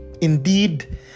Indeed